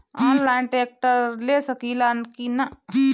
Online tractor ले सकीला कि न?